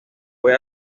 fue